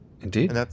Indeed